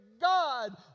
God